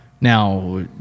Now